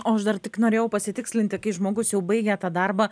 o aš dar tik norėjau pasitikslinti kai žmogus jau baigia tą darbą